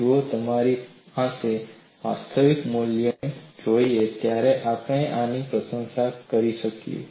જુઓ જ્યારે આપણે વાસ્તવિક મૂલ્યોને જોઈએ ત્યારે જ આપણે આની પ્રશંસા કરી શકીશું